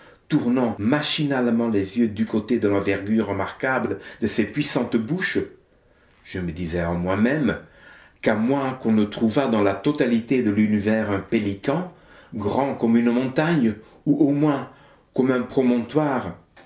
tournant machinalement les yeux du côté de l'envergure remarquable de ces puissantes bouches je me disais en moi-même qu'à moins qu'on ne trouvât dans la totalité de l'univers un pélican grand comme une montagne ou au moins comme un promontoire